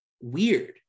weird